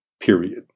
period